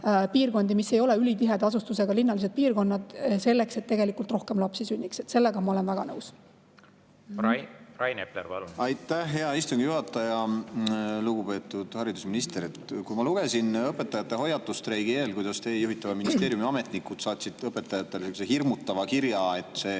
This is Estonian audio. piirkondi, mis ei ole ülitiheda asustusega linnalised piirkonnad, selleks et tegelikult rohkem lapsi sünniks. Sellega ma olen väga nõus. Rain Epler, palun! Aitäh, hea istungi juhataja! Lugupeetud haridusminister! Ma lugesin õpetajate hoiatusstreigi eel, kuidas teie juhitava ministeeriumi ametnikud saatsid õpetajatele hirmutava kirja, et see